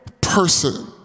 person